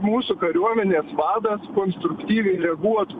mūsų kariuomenės vadas konstruktyviai reaguotų